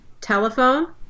telephone